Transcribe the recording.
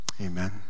Amen